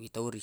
witauri